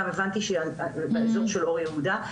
גם הבנתי שבאזור של אור יהודה,